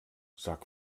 sag